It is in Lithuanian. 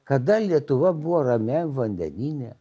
kada lietuva buvo ramiajam vandenyne